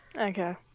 okay